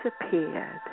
disappeared